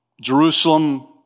Jerusalem